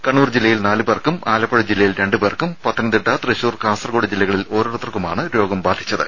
കണ്ണൂർ ജില്ലയിൽ നാല് പേർക്കും ആലപ്പുഴ ജില്ലയിൽ രണ്ട് പേർക്കും പത്തനംതിട്ട തൃശൂർ കാസർകോട് ജില്ലകളിൽ ഓരോരുത്തർക്കുമാണ് രോഗം ബാധിച്ചത്